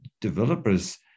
developers